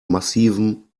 massivem